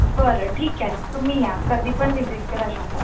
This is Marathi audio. बरं ठीक आहे तुम्ही या कधी पण व्हिजिट करा शॉपला